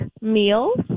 meals